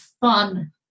fun